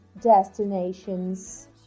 destinations